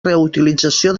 reutilització